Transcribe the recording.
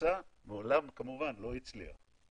נסכם על שלוש שנים למשל ואז זה לא ל-2025 אלא ל-2023.